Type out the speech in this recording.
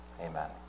amen